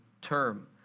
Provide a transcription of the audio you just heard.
term